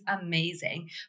amazing